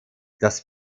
das